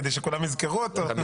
כדי שכולם יזכרו אותו.